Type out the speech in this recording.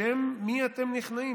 בשם מי אתם נכנעים?